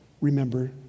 remember